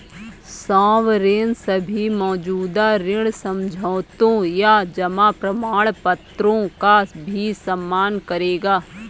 sovereign सभी मौजूदा ऋण समझौतों या जमा प्रमाणपत्रों का भी सम्मान करेगा